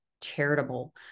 charitable